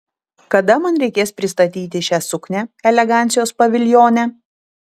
kada man reikės pristatyti šią suknią elegancijos paviljone